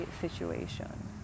situation